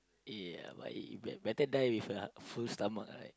ya baik bet~ better die with a full stomach right